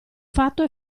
fatto